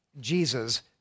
Jesus